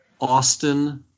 Austin